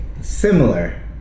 Similar